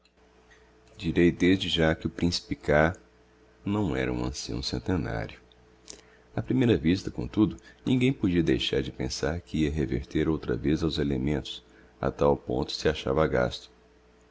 direi desde já que o principe k não era um ancião centenario á primeira vista comtudo ninguem podia deixar de pensar que ia reverter outra vez aos elementos a tal ponto se achava gasto